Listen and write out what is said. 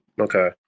Okay